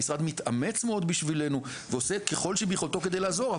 המשרד מתאמץ מאוד בשבילנו ועושה ככל שביכולתו כדי לעזור.